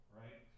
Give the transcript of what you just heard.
right